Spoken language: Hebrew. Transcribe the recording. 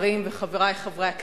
השרים וחברי חברי הכנסת,